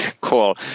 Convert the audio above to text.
Cool